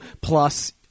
plus